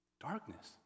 Darkness